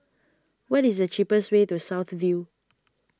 what is the cheapest way to South View